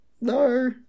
No